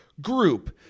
Group